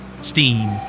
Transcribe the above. Steam